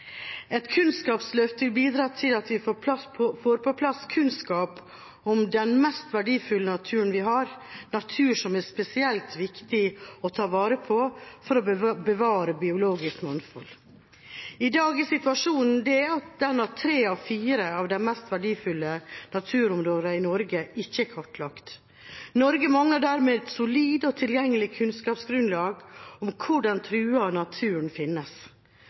et kunnskapsløft for naturen. Et kunnskapsløft vil bidra til at vi får på plass kunnskap om den mest verdifulle naturen vi har, natur som er spesielt viktig å ta vare på for å bevare biologisk mangfold. I dag er situasjonen den at tre av fire av de mest verdifulle naturområdene i Norge ikke er kartlagt. Norge mangler dermed et solid og tilgjengelig kunnskapsgrunnlag om hvor den trua naturen finnes.